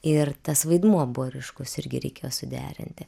ir tas vaidmuo buvo ryškus irgi reikėjo suderinti